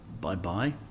bye-bye